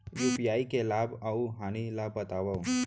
UPI के लाभ अऊ हानि ला बतावव